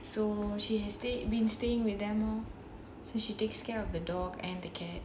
so she has stayed has been staying with them so she takes care of the dog and like